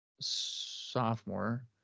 sophomore